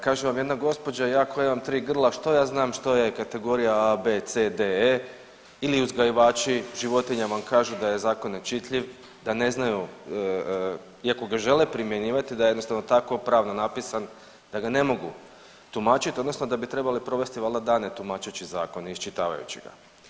Kaže vam jedna gospođa ja koja imam 3 grla što ja znam što je kategorija A, B, C, D, E ili uzgajivači životinjama vam kažu da je zakon nečitljiv, da ne znaju iako ga žele primjenjivati da je jednostavno tako pravno napisan da ga ne mogu tumačiti odnosno da bi trebali provesti valjda dane tumačeći zakon i iščitavajući ga.